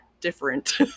different